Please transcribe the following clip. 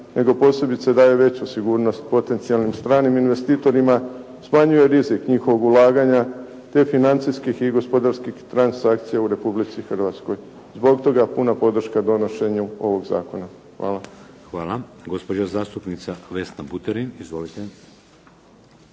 nego posebice daje veću sigurnost potencijalnim stranim investitorima, smanjuje rizik njihovog ulaganja te financijskih i gospodarskih transakcija u Republici Hrvatskoj. Zbog toga, puna podrška donošenju ovog zakona. Hvala. **Šeks, Vladimir (HDZ)** Hvala. Gospođa zastupnica Vesna Buterin. Izvolite.